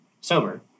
sober